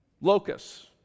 locusts